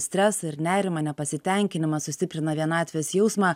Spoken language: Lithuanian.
stresą ir nerimą nepasitenkinimą sustiprina vienatvės jausmą